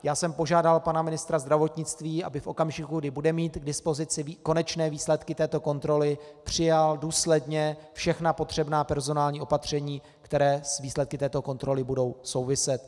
Já jsem požádal pana ministra zdravotnictví, aby v okamžiku, kdy bude mít k dispozici konečné výsledky této kontroly, přijal důsledně všechna potřebná personální opatření, která s výsledky této kontroly budou souviset.